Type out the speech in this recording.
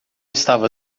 estava